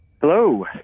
Hello